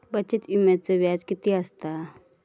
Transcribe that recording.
बचत विम्याचा व्याज किती असता?